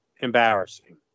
embarrassing